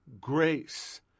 grace